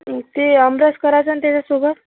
ते आमरस करायचा ना त्याच्यासोबत